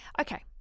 Okay